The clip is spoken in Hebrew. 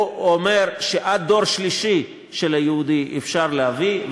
הוא אומר שעד דור שלישי של יהודי אפשר להביא.